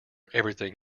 everything